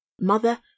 mother